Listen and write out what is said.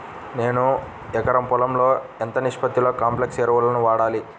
నేను ఎకరం పొలంలో ఎంత నిష్పత్తిలో కాంప్లెక్స్ ఎరువులను వాడాలి?